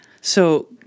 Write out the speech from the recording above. So-